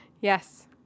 Yes